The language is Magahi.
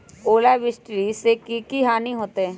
ओलावृष्टि से की की हानि होतै?